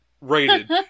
rated